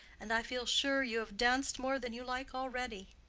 and i feel sure you have danced more than you like already.